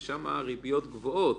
ששם הריביות גבוהות,